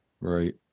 Right